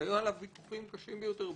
שהיו עליו ויכוחים קשים ביותר בכנסת,